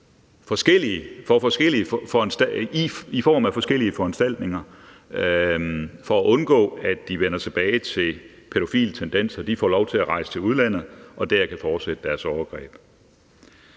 idømt forskellige foranstaltninger for at undgå, at de vender tilbage til pædofile tendenser, får lov til at rejse til udlandet og kan fortsætte deres overgreb